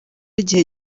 igihe